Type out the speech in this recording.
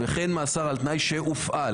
וכן מאסר על תנאי שהופעל.